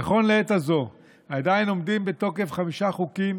נכון לעת הזו עדיין עומדים בתוקף חמישה חוקים